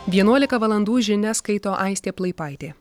vienuolika valandų žinias skaito aistė plaipaitė